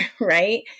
right